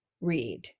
read